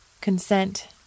consent